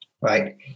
right